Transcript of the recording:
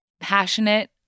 Passionate